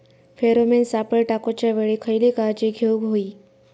Pheromone सापळे टाकूच्या वेळी खयली काळजी घेवूक व्हयी?